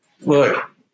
look